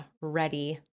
ready